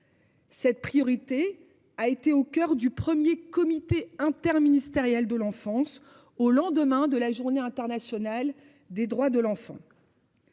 Cette priorité a été au coeur du 1er comité interministériel de l'enfance au lendemain de la journée internationale des droits de l'enfant.--